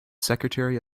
secretary